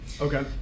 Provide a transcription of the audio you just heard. Okay